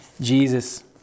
Jesus